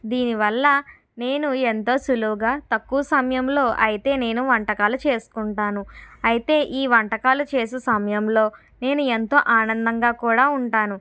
దీనివల్ల నేను ఎంతో సులువుగా తక్కువ సమయంలో అయితే నేను వంటకాలు చేసుకుంటాను అయితే ఈ వంటకాలు చేసే సమయంలో నేను ఎంతో ఆనందంగా కూడా ఉంటాను